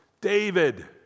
David